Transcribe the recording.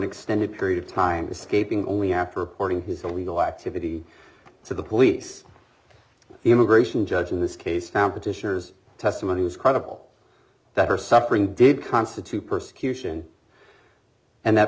extended period of time escaping only after reporting his illegal activity to the police the immigration judge in this case now petitioners testimony was credible that are suffering did constitute persecution and that